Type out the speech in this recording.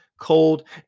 cold